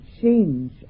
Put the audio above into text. change